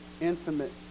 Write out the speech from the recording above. intimate